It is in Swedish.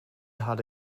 hade